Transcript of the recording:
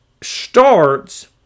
starts